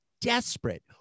desperate